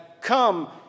come